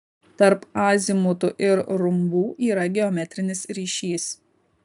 tarp azimutų ir rumbų yra geometrinis ryšys